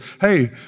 Hey